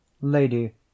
Lady